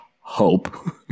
hope